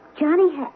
Johnny